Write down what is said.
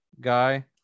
guy